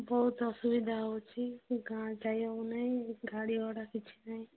ବହୁତ ଅସୁବିଧା ହେଉଛି ଗାଁ ଯାଇ ହେଉ ନାହିଁ ଗାଡ଼ି ଘୋଡ଼ା କିଛି ନାହିଁ